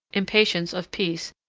impatience of peace,